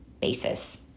basis